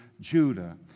Judah